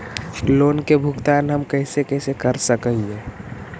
Loan के भुगतान हम कैसे कैसे कर सक हिय?